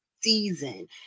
season